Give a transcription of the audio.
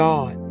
God